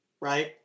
right